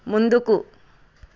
ముందుకు